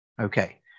Okay